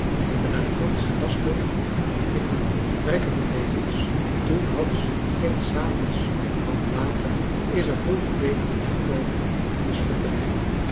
en de luitenants grasbeek en van pingelen trekken hun degens toen hadden ze nog geen sabels want later is er veel verbetering gekomen in de schutterij